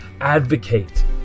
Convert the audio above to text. advocate